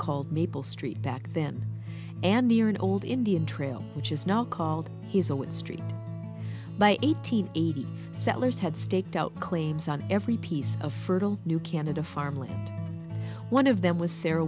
called maple street back then and near an old indian trail which is now called he's a what street by eight hundred eighty settlers had staked out claims on every piece of fertile new canada farmland one of them was sarah